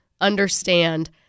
understand